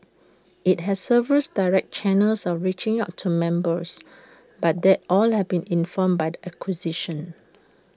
IT has several direct channels of reaching out to members and that all have been informed by the acquisition